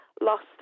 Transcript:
lost